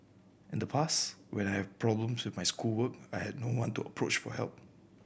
in the past when have problems with my schoolwork I had no one to approach for help